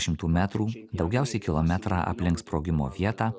šimtų metrų daugiausiai kilometrą aplink sprogimo vietą